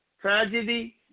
tragedy